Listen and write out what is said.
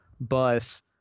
bus